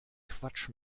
quatsch